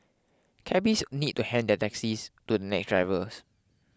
cabbies need to hand their taxis to the next drivers